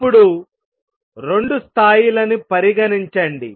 ఇప్పుడు 2 స్థాయిలను పరిగణించండి